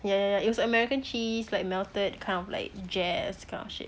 yeah it was american cheese like melted kind of like jazz kind of shit